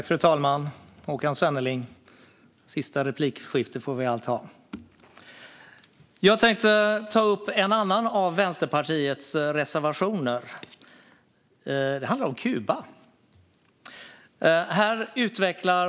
Fru talman! Ett sista replikskifte får vi allt ha, Håkan Svenneling! Jag tänkte ta upp en annan av Vänsterpartiets reservationer. Den handlar om Kuba.